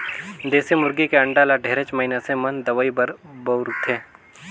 देसी मुरगी के अंडा ल ढेरेच मइनसे मन दवई बर बउरथे